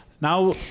Now